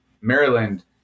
Maryland